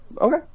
okay